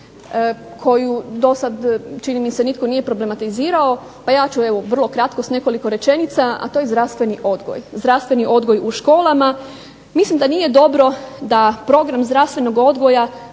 koju do sad čini mi se nitko nije problematizirao, pa ja ću evo vrlo kratko sa nekoliko rečenica, a to je zdravstveni odgoj. Zdravstveni odgoj u školama. Mislim da nije dobro da program zdravstvenog odgoja